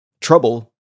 trouble